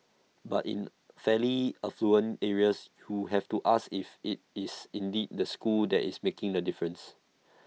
but in fairly affluent areas who have to ask if IT is indeed the school that is making the difference